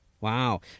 Wow